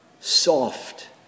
soft